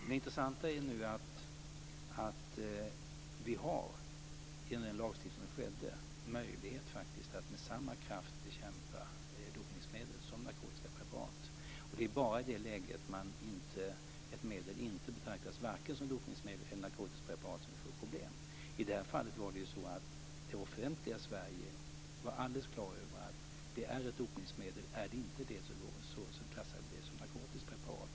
Det intressanta är att vi genom den lagstiftning som infördes nu har möjlighet att med samma kraft bekämpa dopningsmedel som narkotiska preparat. Det är bara i det läget ett medel inte betraktas vare sig som dopningsmedel eller narkotiskt preparat som vi får problem. I det här fallet var det offentliga Sverige alldeles på det klara med att det var ett dopningsmedel: Är det inte det klassar vi det som narkotiskt preparat.